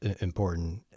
important